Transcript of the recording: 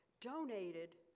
donated